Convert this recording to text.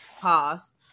Pause